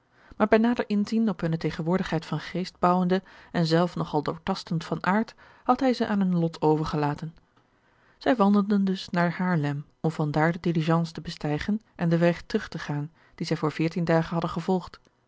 maar bij nader inzien op hunne tegenwoordigheid van geest bouwende en zelf nog al doortastend van aard had hij ze aan hun lot overgelaten zij wandelden dus naar haarlem om van daar de diligence te bestijgen en den weg terug te gaan dien zij voor veertien dagen hadden gevolgd